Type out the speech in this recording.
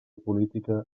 política